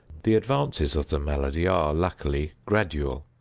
the advances of the malady are, luckily, gradual.